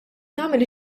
tagħmel